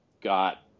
got